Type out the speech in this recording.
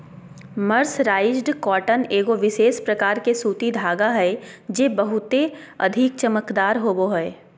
mercerised cotton एगो विशेष प्रकार के सूती धागा हय जे बहुते अधिक चमकदार होवो हय